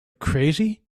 crazy